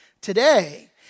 today